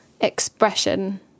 expression